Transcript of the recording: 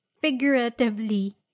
figuratively